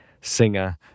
Singer